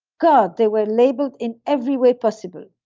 god, they were labeled in every way possible,